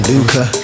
Luca